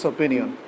Opinion